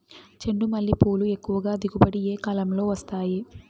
చెండుమల్లి పూలు ఎక్కువగా దిగుబడి ఏ కాలంలో వస్తాయి